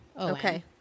Okay